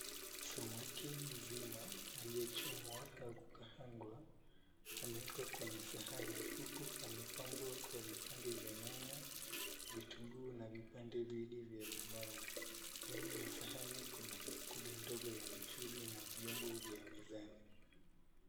Samaki mzima aliyechomwa au kaangwa amewekwa kwenye sahani huku amepambwa kwa vipande vya nyanya, vitunguu na vipande viwili vya limau. Nyuma ya sahani kuna bakuli ndogo ya mchuzi na vyombo vya mezani.